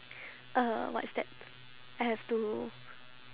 uh what is that I have to